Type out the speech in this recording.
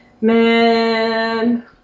man